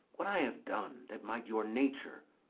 what i have done that might your nature,